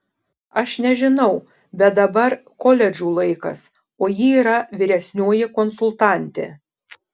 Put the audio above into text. aš nežinau bet dabar koledžų laikas o ji yra vyresnioji konsultantė